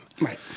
Right